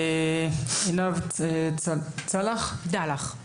עינת דלח,